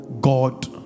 God